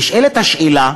נשאלת השאלה,